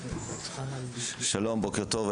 בוקר טוב,